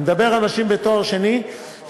אני מדבר על אנשים בעלי תואר שני שרמת